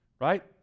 Right